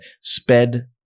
sped